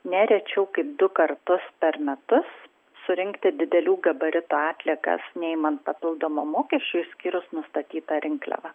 ne rečiau kaip du kartus per metus surinkti didelių gabaritų atliekas neimant papildomo mokesčio išskyrus nustatytą rinkliavą